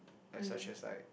like such as like